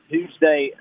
Tuesday